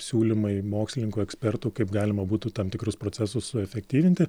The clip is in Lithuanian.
siūlymai mokslininkų ekspertų kaip galima būtų tam tikrus procesus suefektyvinti